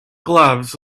gloves